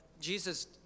jesus